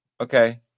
Okay